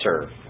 serve